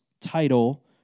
title